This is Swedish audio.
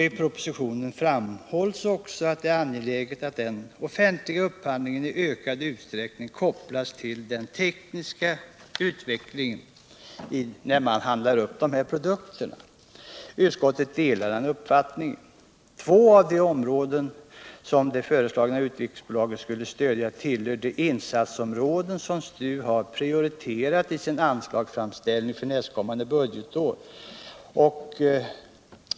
I propositionen framhålls också att det är angeläget att den offentliga upphandlingen i ökad utsträckning kopplas till den tekniska utvecklingen av de upphandlade produkterna. Utskottet delar denna uppfattning. Två av de områden som det föreslagna utvecklingsbolaget skulle stödja tillhör de insatsområden som STU har prioriterat i sin anslagsframställning för nästkommande budgetår.